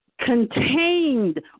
contained